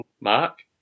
mark